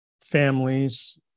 families